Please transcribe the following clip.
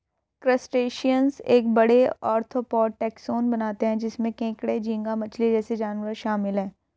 crustaceans एक बड़े, arthropod taxon बनाते हैं जिसमें केकड़े, झींगा मछली जैसे जानवर शामिल हैं